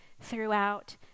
throughout